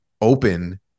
open